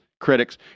critics